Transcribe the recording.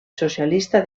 socialista